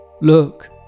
look